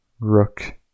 rook